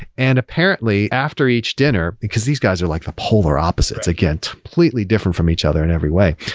and apparently, after each dinner, because these guys are like the polar opposites. again, completely different from each other in every way.